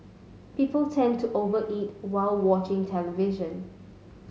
people tend to over eat while watching television